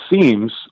seems